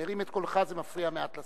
מרים את קולך זה מפריע מעט לשרה.